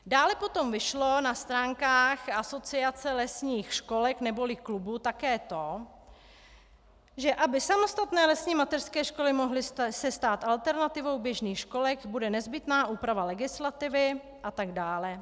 Dále potom vyšlo na stránkách Asociace lesních školek neboli klubů také to, že aby se samostatné lesní mateřské školy mohly stát alternativou běžných školek, bude nezbytná úprava legislativy atd.